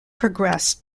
progressed